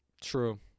True